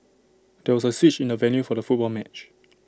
there was A switch in the venue for the football match